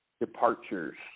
Departures